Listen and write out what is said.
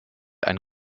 ein